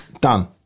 done